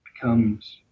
becomes